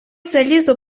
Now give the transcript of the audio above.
залізо